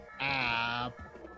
app